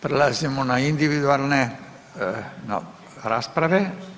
Prelazimo na individualne rasprave.